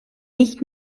nicht